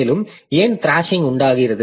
மேலும் ஏன் த்ராஷிங் உண்டாகிறது